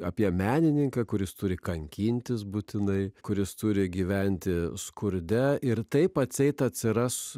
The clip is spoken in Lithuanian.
apie menininką kuris turi kankintis būtinai kuris turi gyventi skurde ir taip atseit atsiras